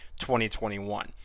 2021